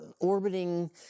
orbiting